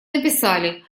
написали